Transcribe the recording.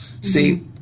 see